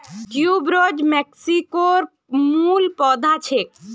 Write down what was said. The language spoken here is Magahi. ट्यूबरोज मेक्सिकोर मूल पौधा छेक